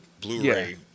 Blu-ray